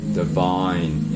divine